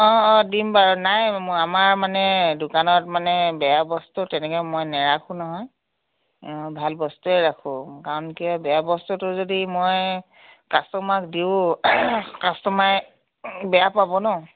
অ অ দিম বাৰু নাই আমাৰ মানে দোকানত মানে বেয়া বস্তু তেনেকৈ মই নেৰাখোঁ নহয় অ ভাল বস্তুয়েই ৰাখোঁ কাৰণ কিয় বেয়া বস্তুটো যদি মই কাষ্টমাৰক দিওঁ কাষ্টমাৰে বেয়া পাব ন'